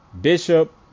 bishop